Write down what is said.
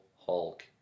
Hulk